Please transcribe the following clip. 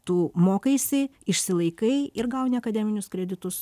tu mokaisi išsilaikai ir gauni akademinius kreditus